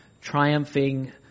triumphing